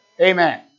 Amen